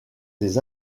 des